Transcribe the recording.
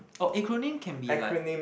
or acronym can be like